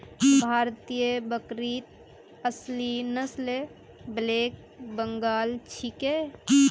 भारतीय बकरीत असली नस्ल ब्लैक बंगाल छिके